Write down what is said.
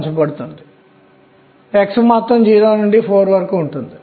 ఆపై మీరు 3d 4p 5s మొదలైన వాటి వద్దకు రండి